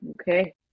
Okay